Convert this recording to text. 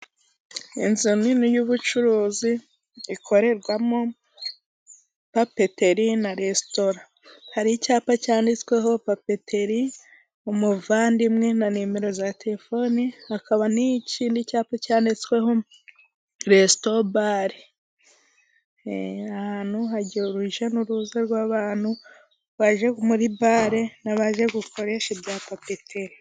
Inzu nini y'ubucuruzi ikorerwamo papeteri na resitora ,hari icyapa cyanditsweho papeteri Umuvandimwe na nimero za telefoni, hakaba n'ikindi cyapa cyanditsweho restobare .Aha hantu hagira urujya n'uruza rw'abantu baje muri bare, n'abaje gukoresha ibya papeteri.